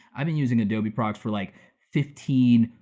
i've been using adobe products for like fifteen,